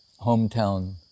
hometown